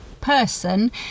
person